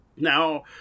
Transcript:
now